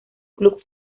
club